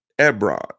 Ebron